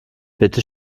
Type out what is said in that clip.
bitte